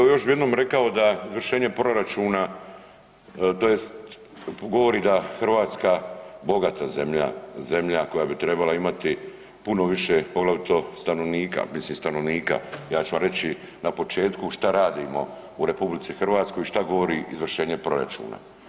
Evo još bi jednom rekao da izvršenje proračuna tj. govori da Hrvatska bogata zemlja, zemlja koja bi trebala imati puno više poglavito stanovnika, mislim stanovnika, ja ću vam reći na početku šta radimo u RH i šta govori izvršenje proračuna.